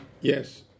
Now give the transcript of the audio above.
yes